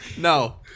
No